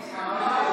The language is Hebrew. היושב-ראש,